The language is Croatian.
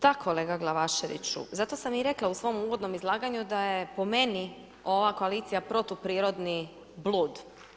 Da kolega Glavaševiću, zato sam i rekla u svom uvodnom izlaganju da je po meni ova koalicija protuprirodni blud.